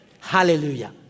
Hallelujah